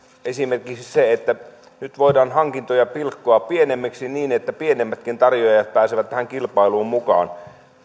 esimerkiksi se että nyt voidaan hankintoja pilkkoa pienemmiksi niin että pienemmätkin tarjoajat pääsevät tähän kilpailuun mukaan